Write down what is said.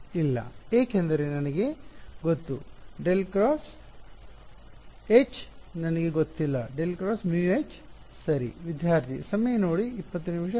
ಇಲ್ಲ ಏಕೆಂದರೆ ನನಗೆ ಗೊತ್ತು ∇× H ನನಗೆ ಗೊತ್ತಿಲ್ಲ ∇× μH ಸರಿ